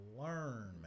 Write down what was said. learn